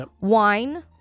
wine